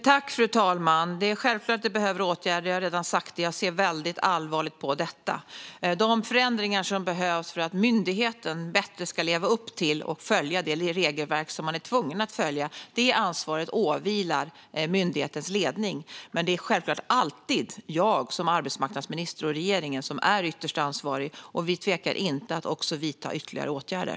Herr talman! Det är självklart att det behövs åtgärder - jag har redan sagt det. Jag ser väldigt allvarligt på detta. Det behövs förändringar för att myndigheten bättre ska leva upp till och följa det regelverk som man är tvungen att följa. Det ansvaret åvilar myndighetens ledning. Men det är självklart alltid jag, som arbetsmarknadsminister, och regeringen som är ytterst ansvariga, och vi tvekar inte att vidta ytterligare åtgärder.